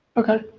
okay.